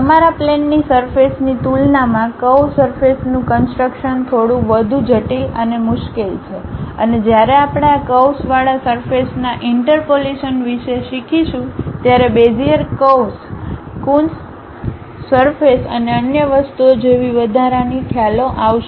તમારા પ્લેનની સરફેસ ની તુલનામાં કરવ સરફેસ નું કન્સટ્રક્શન થોડું વધુ જટિલ અને મુશ્કેલ છે અને જ્યારે આપણે આ કર્વ્સવાળા સરફેસ ના ઇન્ટરપોલીસન વિશે શીખીશું ત્યારે બેઝિયર કર્વ્સ કૂન્સ સરફેસ અને અન્ય વસ્તુઓ જેવી વધારાની ખ્યાલો આવશે